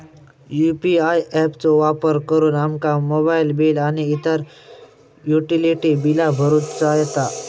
UPI app चो वापर करुन आमका मोबाईल बिल आणि इतर युटिलिटी बिला भरुचा येता